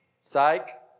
psych